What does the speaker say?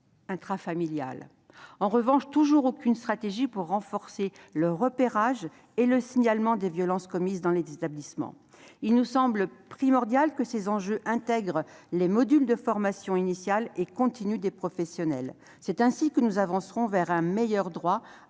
intrafamiliales ». En revanche, aucune stratégie n'a été définie pour accroître le repérage et le signalement des violences commises dans les établissements. Il nous semble primordial que ces enjeux soient inclus dans les modules de formation initiale et continue des professionnels. C'est ainsi que nous avancerons vers un meilleur droit à